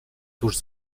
tuż